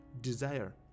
desire